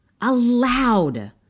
allowed